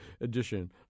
edition